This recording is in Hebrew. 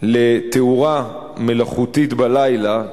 לתאורה מלאכותית בלילה,